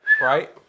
right